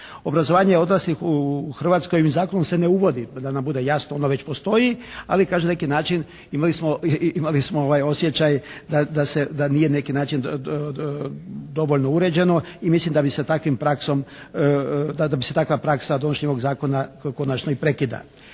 Obrazovanje odraslih u Hrvatskoj ovim zakonom se ne uvodi da nam bude jasno. Ono već postoji, ali kažem na neki način imali smo osjećaj da se, da nije na neki način dovoljno uređeno i mislim da bi sa takvom praksom, da bi se takva praksa donošenjem ovoga zakona konačno i prekida.